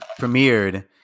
premiered